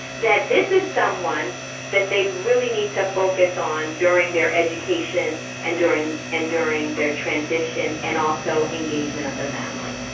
that this is someone that they really need to focus on during their education and during and during their transition and also engagement of the family.